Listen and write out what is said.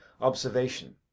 observation